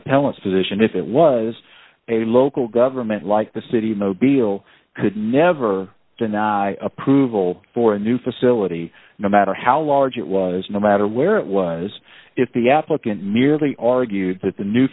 if it was a local government like the city mo beale could never deny approval for a new facility no matter how large it was no matter where it was if the applicant merely argued that the new